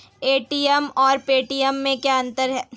मेरे खाते से मुझे एन.ई.एफ.टी करना है क्या करें?